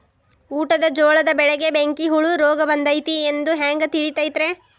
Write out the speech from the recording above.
ಊಟದ ಜೋಳದ ಬೆಳೆಗೆ ಬೆಂಕಿ ಹುಳ ರೋಗ ಬಂದೈತಿ ಎಂದು ಹ್ಯಾಂಗ ತಿಳಿತೈತರೇ?